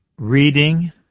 Reading